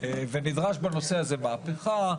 ונדרשת בנושא הזה מהפיכה,